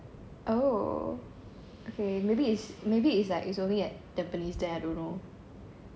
oh okay maybe it's maybe it's like it's only at tampines there I don't know